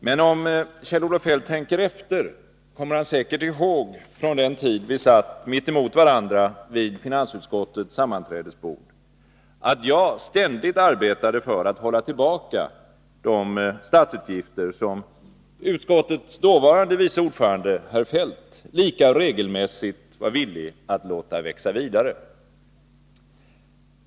Men om Kjell-Olof Feldt tänker efter kommer han säkert ihåg från den tid vi satt mitt emot varandra vid finansutskottets sammanträdesbord att jag ständigt arbetade för att hålla tillbaka de statsutgifter som utskottets dåvarande vice ordförande herr Feldt lika regelmässigt var villig att låta växa vidare.